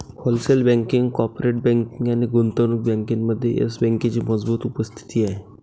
wholesale banking, corporate banking आणि गुंतवणूक बँकिंगमध्ये येस बँकेची मजबूत उपस्थिती आहे